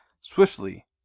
Swiftly